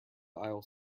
aisle